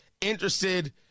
interested